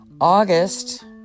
August